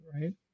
right